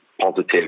positive